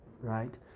right